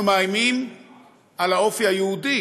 אנחנו מאיימים על האופי היהודי